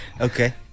okay